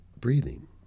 breathing